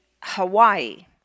Hawaii